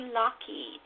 lucky